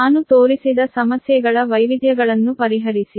ನಾನು ತೋರಿಸಿದ ಸಮಸ್ಯೆಗಳ ವೈವಿಧ್ಯಗಳನ್ನು ಪರಿಹರಿಸಿ